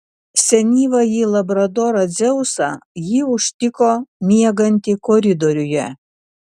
senyvąjį labradorą dzeusą ji užtiko miegantį koridoriuje